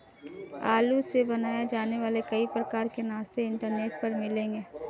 आलू से बनाए जाने वाले कई प्रकार के नाश्ते इंटरनेट पर मिलेंगे